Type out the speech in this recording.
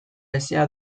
hezea